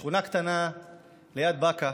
שכונה קטנה ליד בקעה,